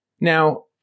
now